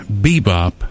bebop